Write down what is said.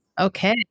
Okay